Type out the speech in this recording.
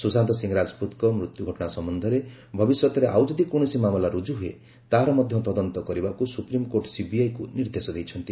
ସୁଶାନ୍ତ ସିଂ ରାଜପୁତଙ୍କ ମୃତ୍ୟୁ ଘଟଣା ସମ୍ଭନ୍ଧରେ ଭବିଷ୍ୟତରେ ଆଉ ଯଦି କୌଣସି ମାମଲା ରୁକୁ ହୁଏ ତାହାର ମଧ୍ୟ ତଦନ୍ତ କରିବାକୁ ସୁପ୍ରିମକୋର୍ଟ ସିବିଆଇକୁ ନିର୍ଦ୍ଦେଶ ଦେଇଛନ୍ତି